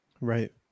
Right